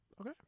Okay